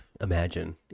imagine